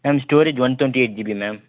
ma'am storage one twenty eight GB ma'am